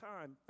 time